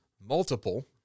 multiple